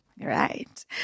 right